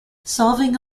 solving